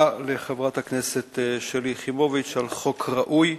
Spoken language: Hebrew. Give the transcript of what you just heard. לחברת הכנסת שלי יחימוביץ על חוק ראוי,